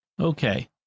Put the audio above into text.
Okay